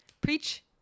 Preach